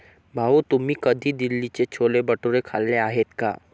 भाऊ, तुम्ही कधी दिल्लीचे छोले भटुरे खाल्ले आहेत का?